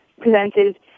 presented